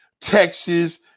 Texas